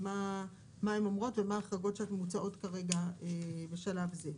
מה הן אומרות ומה ההחרגות שמוצעות בשלב זה.